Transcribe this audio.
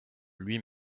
lui